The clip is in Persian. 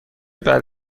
بعد